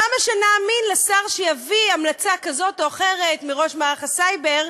למה שנאמין לשר שהוא יביא המלצה כזאת או אחרת מראש מערך הסייבר?